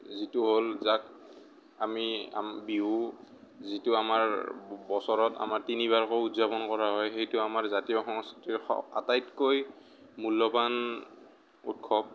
যিটো হ'ল যাক আমি বিহু যিটো আমাৰ ব বছৰত আমাৰ তিনিবাৰকৈ উদযাপন কৰা হয় সেইটো আমাৰ জাতীয় সংস্কৃতিৰ আটাইতকৈ মূল্যবান উৎসৱ